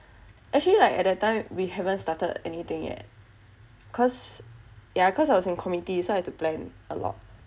actually like at that time we haven't started anything yet cause yah cause I was in committee so I had to plan a lot